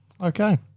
Okay